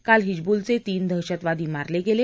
काल हिजबूलचे तीन दहशतवादी मारले गेले